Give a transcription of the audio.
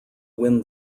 win